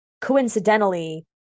coincidentally